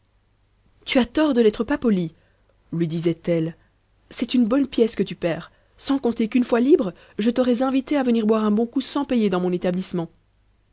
tu as tort de n'être pas poli lui disait-elle c'est une bonne pièce que tu perds sans compter qu'une fois libre je t'aurais invité à venir boire un bon coup sans payer dans mon établissement